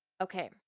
Okay